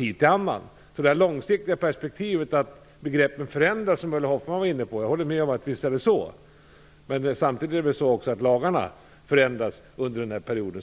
Ulla Hoffmann var inne på det långsiktiga perspektivet och menade att begreppen förändras. Jag håller med om att det är så, men samtidigt förändras lagarna.